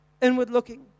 inward-looking